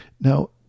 Now